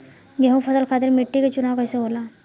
गेंहू फसल खातिर मिट्टी के चुनाव कईसे होला?